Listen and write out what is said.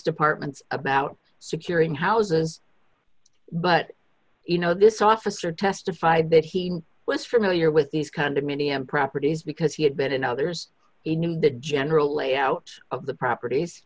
departments about securing houses but you know this officer testified that he was familiar with these condominium properties because he had been and others he knew the general layout of the properties